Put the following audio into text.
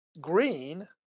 green